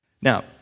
Now